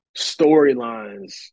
storylines